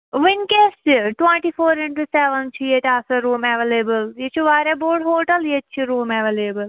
وٕنۍنکٮ۪س تہِ twenty four into seven چھِ ییٚتہِ آسان روٗم اٮ۪ویلیبٕل یہِ چھُ واریاہ بوٚڑ ہوٹَل ییٚتہِ چھِ روٗم اٮ۪ویلیبٕل